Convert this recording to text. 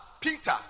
Peter